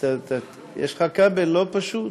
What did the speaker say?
יש לך כבל לא פשוט,